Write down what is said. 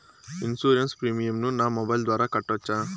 Insurance premium ను నా mobile ద్వారా కట్టొచ్చా?